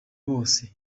bose